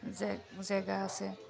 জেগা আছে